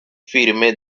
firme